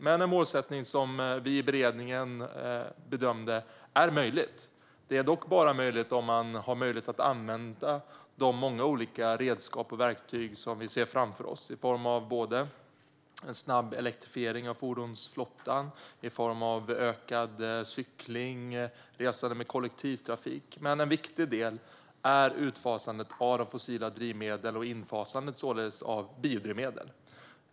Men det är ett mål som vi i beredningen bedömde är möjligt. Det är dock bara möjligt om det går att använda de många olika redskap och verktyg vi ser framför oss i form av snabb elektrifiering av fordonsflottan, ökad cykling och resande med kollektivtrafik. En viktig del är utfasandet av fossila drivmedel och således infasandet av biodrivmedel.